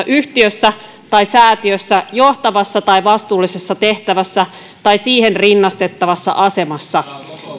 yhtiössä tai säätiössä johtavassa tai vastuullisessa tehtävässä tai siihen rinnastettavassa asemassa